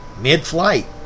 Mid-flight